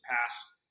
pass